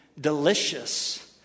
delicious